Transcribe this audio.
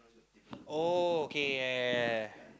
oh okay ya ya ya ya ya